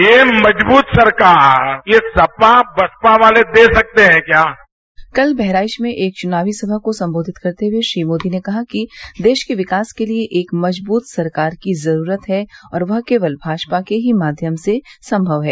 ये मजबूत सरकारये सपा बसपा वाले दे सकते हैं क्या कल बहराइच में एक चुनावी सभा को संबोधित करते हुए श्री मोदी ने कहा कि देश के विकास के लिये एक मजबूत सरकार की जरूरत है और यह केवल भाजपा के ही माध्यम से संभव है